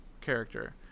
character